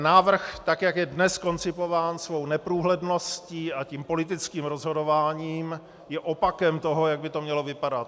Návrh, tak jak je dnes koncipován svou neprůhledností a tím politickým rozhodováním, je opakem toho, jak by to mělo vypadat.